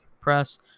press